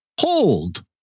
hold